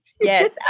Yes